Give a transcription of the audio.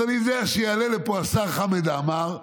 אז אני יודע שיעלה לפה השר חמד עמאר ויגיד: